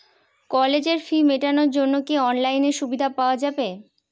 কলেজের ফি মেটানোর জন্য কি অনলাইনে সুবিধা পাওয়া যাবে?